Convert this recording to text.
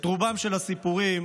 את רובם של הסיפורים,